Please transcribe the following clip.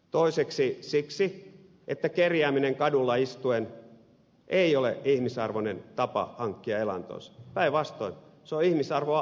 toiseksi siksi että kerjääminen kadulla istuen ei ole ihmisarvoinen tapa hankkia elantonsa päinvastoin se on ihmisarvoa alentavaa